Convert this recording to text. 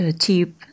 cheap